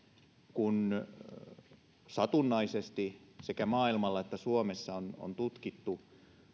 kun satunnaisesti sekä maailmalla että suomessa on on tutkittu